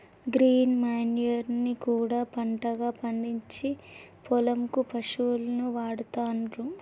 green manure ని కూడా పంటగా పండిచ్చి పొలం కు పశువులకు వాడుతాండ్లు